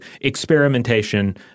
Experimentation